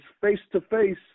face-to-face